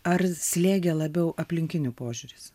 ar slėgė labiau aplinkinių požiūris